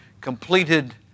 completed